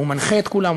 הוא מנחה את כולם,